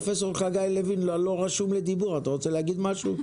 פרופ' חגי לוין, אתה רוצה להגיד משהו?